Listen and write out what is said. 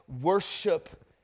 worship